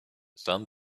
some